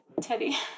Teddy